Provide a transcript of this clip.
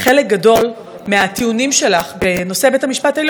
שחלק גדול מהטיעונים שלך בנושא בית המשפט העליון,